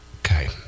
Okay